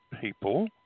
people